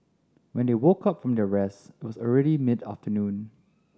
when they woke up from their rest it was already mid afternoon